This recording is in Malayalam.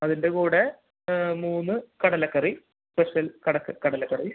അതിൻ്റെ കൂടെ മൂന്ന് കടലക്കറി സ്പെഷ്യൽ കടക് കടലക്കറി